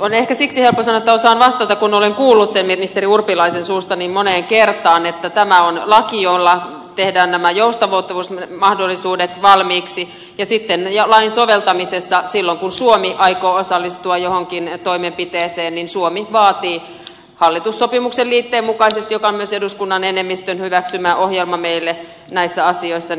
on ehkä siksi helppo sanoa että osaan vastata kun olen kuullut sen ministeri urpilaisen suusta niin moneen kertaan että tämä on laki jolla tehdään nämä joustavoittavuusmahdollisuudet valmiiksi ja sitten lain soveltamisessa silloin kun suomi aikoo osallistua johonkin toimenpiteeseen suomi vaatii hallitussopimuksen liitteen mukaisesti joka on myös eduskunnan enemmistön hyväksymä ohjelma meille näissä asioissa